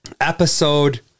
Episode